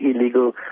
illegal